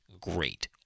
great